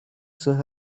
sus